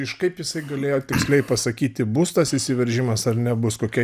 iš kaip jisai galėjo tiksliai pasakyti bus tas įsiveržimas ar nebus kokia